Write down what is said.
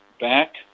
back